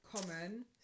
common